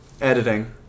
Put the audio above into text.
Editing